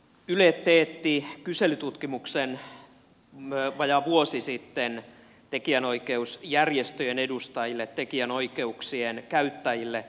yle teetti kyselytutkimuksen vajaa vuosi sitten tekijänoikeusjärjestöjen edustajille tekijänoikeuksien käyttäjille